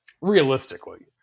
realistically